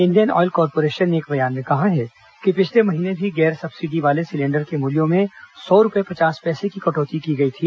Indian Oil Corporation ने एक बयान में कहा है कि पिछले महीने भी गैर सब्सिडी वाले सिलेंडर के मूल्यों में सौ रुपए पचास पैसे की कटौती की गई थी